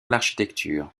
l’architecture